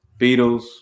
Beatles